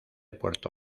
puerto